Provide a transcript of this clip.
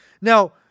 Now